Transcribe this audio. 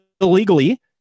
illegally